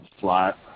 flat